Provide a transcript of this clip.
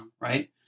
right